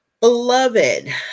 Beloved